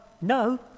no